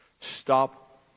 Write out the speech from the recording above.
Stop